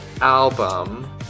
album